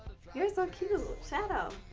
you're so cute, shadow.